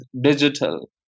digital